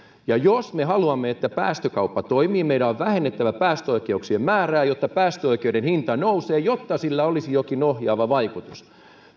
jos me haluamme että päästökauppa toimii meidän on vähennettävä päästöoikeuksien määrää jotta päästöoikeuden hinta nousee jotta sillä olisi jokin ohjaava vaikutus